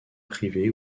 privé